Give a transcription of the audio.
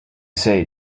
say